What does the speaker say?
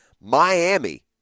Miami